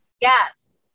yes